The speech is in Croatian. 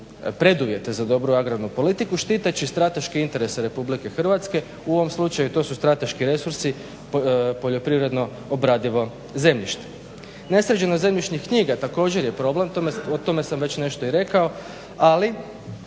preduvjete za dobru agrarnu politiku štiteći strateške interese RH u ovom slučaju to su strateški resursi poljoprivredno obradivo zemljište. Nesređenost zemljišnih knjiga također je problem, o tome sam već nešto i rekao ali